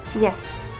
Yes